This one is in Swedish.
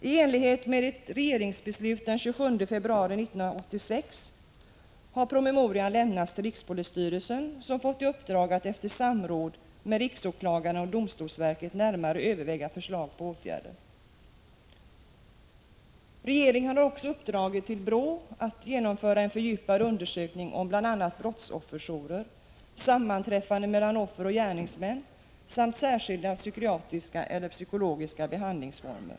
I enlighet med ett regeringsbeslut den 27 februari 1986 har promemorian lämnats till rikspolisstyrelsen, som fått i uppdrag att efter samråd med riksåklagaren och domstolsverket närmare överväga förslag till åtgärder. Regeringen har också uppdragit åt BRÅ att genomföra en fördjupad undersökning om bl.a. brottsofferjourer, sammanträffanden mellan offer och gärningsmän samt särskilda psykiatriska eller psykologiska behandlingsformer.